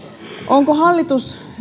onko hallitus